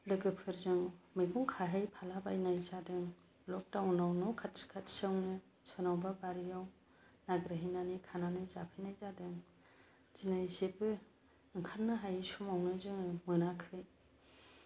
लोगोफोरजों मैगं खाहै फाला बायनाय जादों लक डाउनाव न खाथि खाथियावनो नागिरहैनानै खानानै जाफैनाय जादों दिनै जेबो ओंखारनो हायै समावनो जोङो मोनाखै